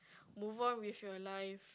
move on with your life